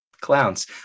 clowns